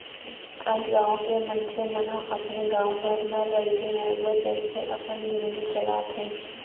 आज गॉँव के मनसे मन ह अपने गॉव घर म रइके गोबर बेंच के अपन जिनगी चलात हें